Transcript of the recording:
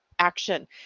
Action